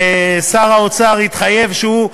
ושר האוצר התחייב שהוא,